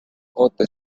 oota